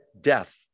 death